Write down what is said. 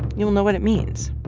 you'll know what it means